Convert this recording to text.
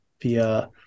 via